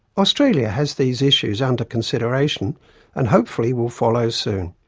australia has these issues under consideration and hopefully will follow soon.